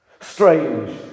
strange